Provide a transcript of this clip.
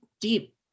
deep